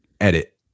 edit